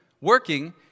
working